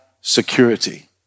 security